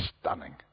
stunning